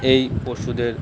এই পশুদের